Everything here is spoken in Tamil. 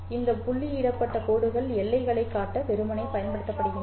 இந்த புள்ளியிடப்பட்ட கோடுகள் எல்லைகளைக் காட்ட வெறுமனே பயன்படுத்தப்படுகின்றன